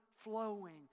flowing